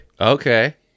Okay